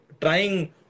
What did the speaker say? trying